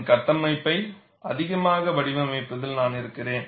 என் கட்டமைப்பை அதிகமாக வடிவமைப்பதில் நான் இருக்கிறேன்